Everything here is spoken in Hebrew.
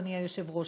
אדוני היושב-ראש,